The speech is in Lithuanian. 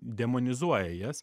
demonizuoja jas